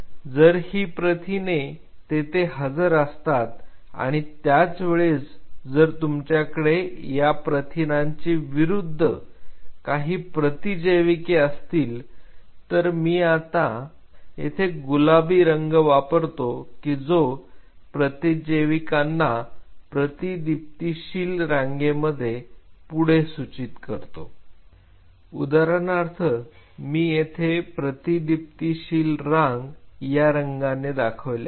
जर ही प्रथिने तेथे हजर असतात आणि त्याच वेळेस जर तुमच्याकडे या प्रथिनांचे विरुद्ध काही प्रतिजैविके असतील तर मी आता येथे गुलाबी रंग वापरतो की जो प्रतिजैविकांना प्रतिदीप्तीशील रांगेमध्ये पुढे सूचित करतो उदाहरणार्थ मी येते प्रतिदीप्तीशील रांग या रंगाने दाखवले आहे